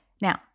Now